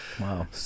Wow